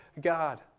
God